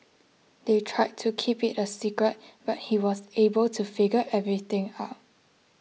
they tried to keep it a secret but he was able to figure everything out